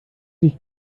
sich